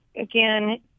again